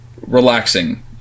relaxing